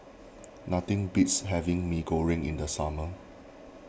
nothing beats having Mee Goreng in the summer